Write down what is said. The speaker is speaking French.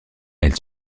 elles